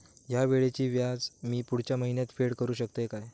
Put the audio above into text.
हया वेळीचे व्याज मी पुढच्या महिन्यात फेड करू शकतय काय?